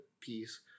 piece